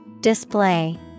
Display